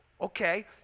okay